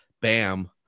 Bam –